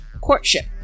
courtship